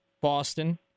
Boston